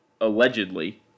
allegedly